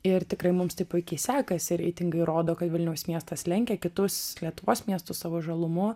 ir tikrai mums tai puikiai sekasi reitingai rodo kad vilniaus miestas lenkia kitus lietuvos miestus savo žalumu